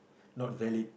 not valid